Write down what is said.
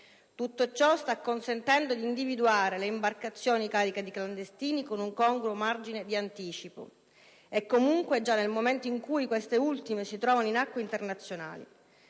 Tutto ciò sta consentendo di individuare le imbarcazioni cariche di clandestini con un congruo margine di anticipo e, comunque, già nel momento in cui queste ultime si trovano in acque internazionali.